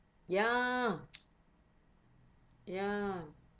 ya ya